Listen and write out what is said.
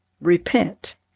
Repent